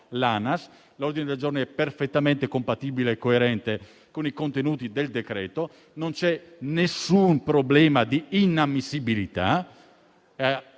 ho presentato è perfettamente compatibile e coerente con i contenuti del decreto; non c'è nessun problema di inammissibilità